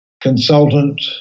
consultant